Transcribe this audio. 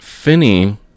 Finney